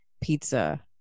Pizza